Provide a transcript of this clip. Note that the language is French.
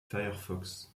firefox